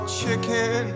chicken